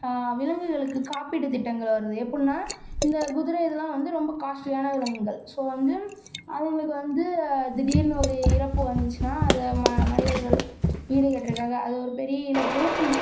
விலங்குகளுக்கு காப்பீட்டுத் திட்டங்கள் வருது எப்படின்னா இந்த குதிரை இதெல்லாம் வந்து ரொம்ப காஸ்ட்லியான விலங்குகள் ஸோ வந்து அதுங்களுக்கு வந்து திடீர்னு ஒரு இறப்பு வந்துச்சுன்னா அதை ம மனிதர்கள் ஈடுகட்றதுக்காக அது ஒரு பெரிய இழப்பு